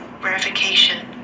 verification